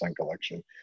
collection